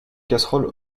casseroles